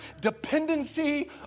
dependency